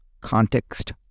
context